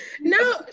No